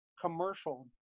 commercial